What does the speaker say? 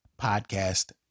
Podcast